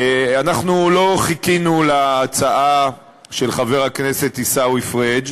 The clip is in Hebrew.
אנחנו לא חיכינו להצעה של חבר הכנסת עיסאווי פריג',